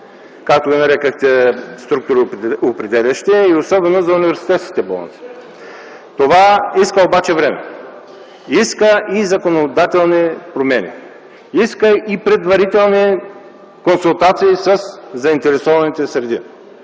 както ги нарекохте структуроопределящи, и особено за университетските болници. Това иска обаче време, иска и законодателни промени, иска и предварителни консултации със заинтересованите среди.